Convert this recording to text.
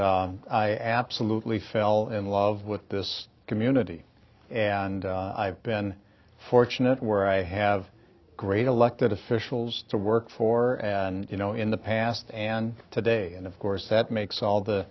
i absolutely fell in love with this community and i've been fortunate where i have great elected officials to work for and you know in the past and today and of course that makes all the